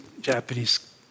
Japanese